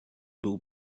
will